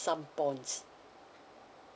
some bonds